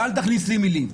ואל תכניס לי מילים.